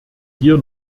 hier